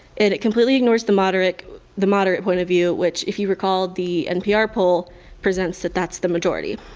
it it completely ignores the moderate the moderate point of view which if you recall the npr poll presents that that's the majority.